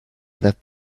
that